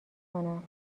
کنم